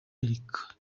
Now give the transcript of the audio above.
erica